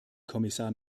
kommissar